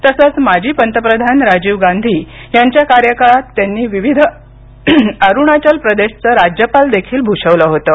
तसंच माजी पंतप्रधान राजीव गांधी यांच्या कार्यकाळात त्यांनी विविध अरुणाचल प्रदेशचं राज्यपाल पद देखील भूषवलं होतं